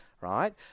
right